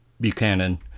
Buchanan